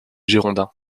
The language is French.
girondins